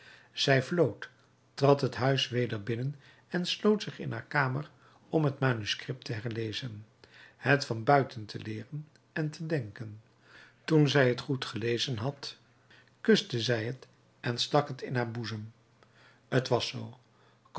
zij vlood trad het huis weder binnen en sloot zich in haar kamer om het manuscript te herlezen het van buiten te leeren en te denken toen zij het goed gelezen had kuste zij het en stak het in haar boezem t was zoo